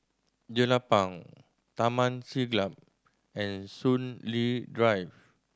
Jelapang Taman Siglap and Soon Lee Drive